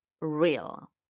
real